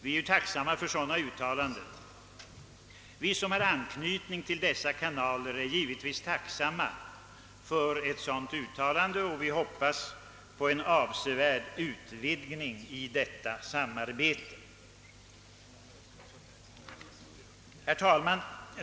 Vi som har anknytning till dessa kanaler är givetvis tacksamma för ett sådant uttalande, och vi hoppas på en avsevärd utvidgning i samarbetet där. Herr talman!